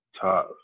tough